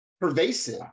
pervasive